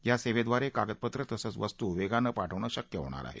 या सेवेद्वारे कागदपत्रं तसंच वस्तू वेगानं पाठवणं शक्य होणार आहे